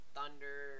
Thunder